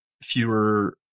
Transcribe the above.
fewer